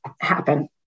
happen